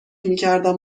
میکردم